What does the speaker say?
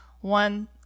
One